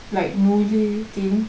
like movie thingk